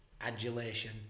adulation